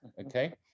Okay